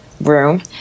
room